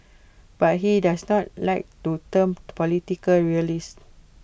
but he does not like to term political realist